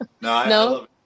No